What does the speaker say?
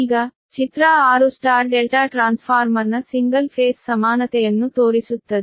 ಈಗ ಚಿತ್ರ 6 Y ∆ ಟ್ರಾನ್ಸ್ಫಾರ್ಮರ್ನ ಸಿಂಗಲ್ ಫೇಸ್ ಸಮಾನತೆಯನ್ನು ತೋರಿಸುತ್ತದೆ